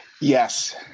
Yes